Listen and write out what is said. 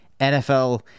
NFL